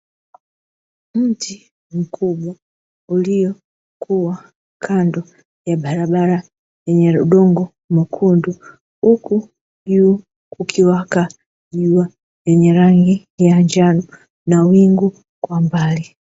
Mti mkubwa uliokua kando ya barabara yenye udongo mwekundu, huku juu kukiwaka jua lenye rangi ya njano na wingu kwa mbali.